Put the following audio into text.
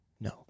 No